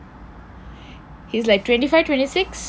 he's like twenty five twenty six